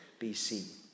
BC